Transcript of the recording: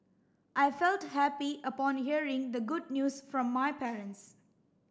I felt happy upon hearing the good news from my parents